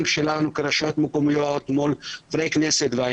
שלנו כרשויות מקומיות מול --- בעניין.